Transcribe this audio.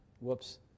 Whoops